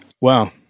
Wow